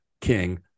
king